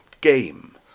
game